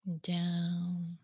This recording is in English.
down